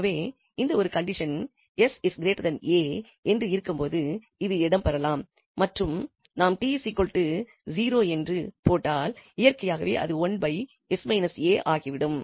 எனவே இந்த ஒரு கண்டிஷன் 𝑠 𝑎 என்று இருக்கும்போது இது இடம்பெறலாம் மற்றும் நாம் 𝑡 0 என்று போட்டால் இயற்கையாகவே அது ஆகிவிடும்